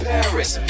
Paris